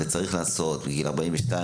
אנחנו רואים היום קצת יותר חולים בגילאים